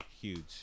Huge